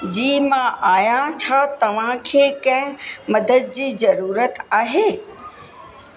जी मां आहियां छा तव्हांखे कंहिं मदद जी ज़रूरत आहे